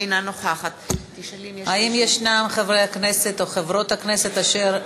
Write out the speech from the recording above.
אינה נוכחת האם יש חברי כנסת או חברות כנסת אשר,